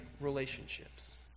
relationships